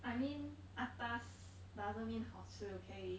I mean atas doesn't mean 好吃 okay